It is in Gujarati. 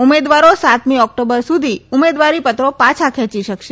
ઉમેદવારો સાતમી ઓક્ટોબર સુધી ઉમેદવારીપત્રો પાછા ખેંચી શકશે